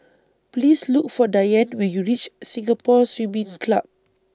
Please Look For Dianne when YOU REACH Singapore Swimming Club